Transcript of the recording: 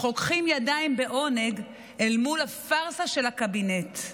שמחככים ידיים בעונג אל מול הפארסה של הקבינט.